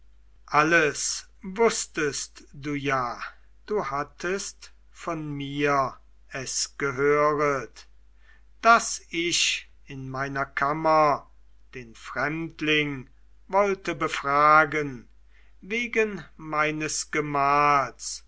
alles wußtest du ja du hattest von mir es gehöret daß ich in meiner kammer den fremdling wollte befragen wegen meines gemahls